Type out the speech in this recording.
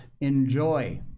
enjoy